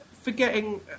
forgetting